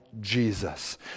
Jesus